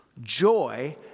Joy